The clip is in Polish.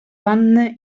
wanny